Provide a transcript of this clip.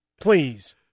Please